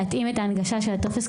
להתאים את ההנגשה של הטופס,